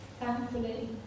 thankfully